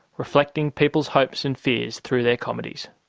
reflecting people's hopes and fears through their comedies.